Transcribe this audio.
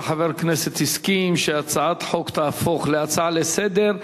חבר הכנסת הסכים שהצעת החוק תהפוך להצעה לסדר-היום.